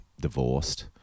divorced